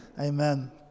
Amen